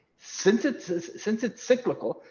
since it's it's since it's cyclical,